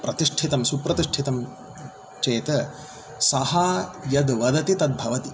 प्रतिष्ठितं सुप्रतिष्ठितं चेत् सः यद्वदति तद्भवति